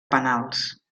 penals